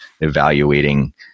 evaluating